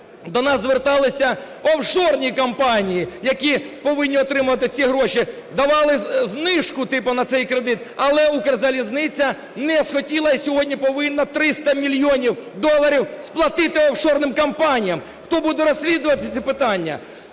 до нас зверталися офшорні компанії, які повинні отримати ці гроші, давали знижку типу на цей кредит, але Укрзалізниця не схотіла - і сьогодні повинна 300 мільйонів доларів сплатити офшорним компаніям. Хто буде розслідувати ці питання?